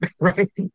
right